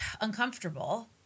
uncomfortable